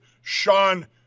Sean